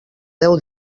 deu